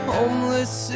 Homeless